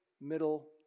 middle